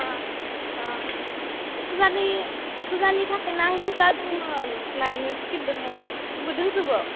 अ अ फुजानि थाखाय नांगौ जादोंमोन लायनो नागिरदोंमोन गासिबो दोंजोबो